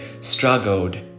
struggled